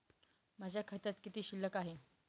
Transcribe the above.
माझ्या खात्यात किती शिल्लक आहे?